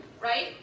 right